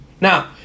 Now